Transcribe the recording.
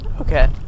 Okay